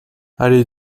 allez